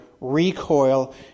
recoil